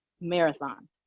Marathon